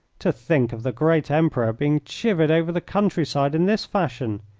to think of the great emperor being chivvied over the country-side in this fashion!